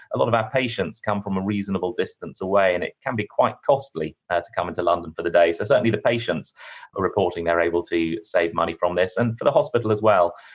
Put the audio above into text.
a lot of our patients come from a reasonable distance away and it can be quite costly to come into london for the day. so, certainly the patients are reporting they're able to save money from this. and for the hospital, as well,